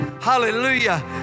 Hallelujah